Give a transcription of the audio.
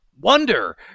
wonder